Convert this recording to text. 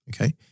Okay